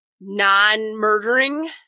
non-murdering